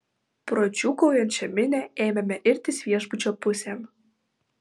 pro džiūgaujančią minią ėmėme irtis viešbučio pusėn